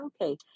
okay